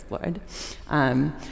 explored